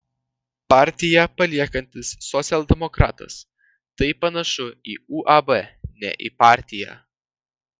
partiją paliekantis socialdemokratas tai panašu į uab ne į partiją